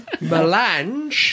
Melange